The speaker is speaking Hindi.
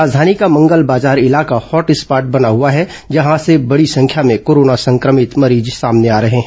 राजधानी का मंगल बाजार इलाका हॉटस्पॉट बना हुआ है जहां से बड़ी संख्या में कोरोना संक्रमित मरीज सामने आ रहे हैं